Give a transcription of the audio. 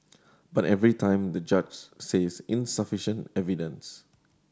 but every time the judge says insufficient evidence